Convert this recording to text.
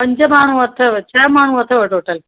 पंज माण्हू अथव छह माण्हू अथव टोटल